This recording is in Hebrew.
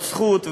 זאת זכות.